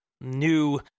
new